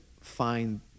find